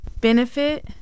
benefit